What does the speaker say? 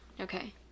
Okay